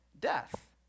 death